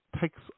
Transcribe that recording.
takes